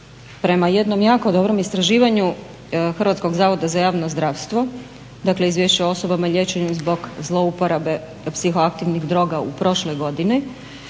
Prema jednom jako dobrom istraživanju Hrvatskog zavoda za javno zdravstvo, dakle Izvješće o osobama liječenih zbog zlouporabe psihoaktivnih droga u prošloj godini,